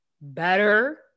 better